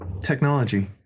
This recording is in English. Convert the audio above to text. technology